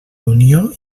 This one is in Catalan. unió